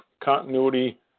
continuity